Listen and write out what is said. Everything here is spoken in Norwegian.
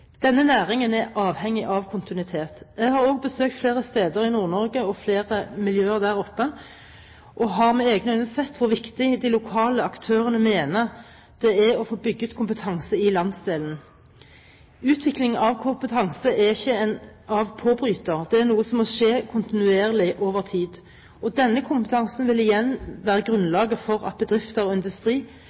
Denne næringen er avhengig av kontinuitet. Jeg har besøkt flere steder i Nord-Norge og flere miljøer der oppe og har med egne øyne sett hvor viktig de lokale aktørene mener det er å få bygget kompetanse i landsdelen. Utvikling av kompetanse er ikke en av/på-bryter, det er noe som må skje kontinuerlig, over tid. Denne kompetansen vil igjen være grunnlaget for at bedrifter og industri